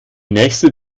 nächste